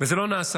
וזה לא נעשה.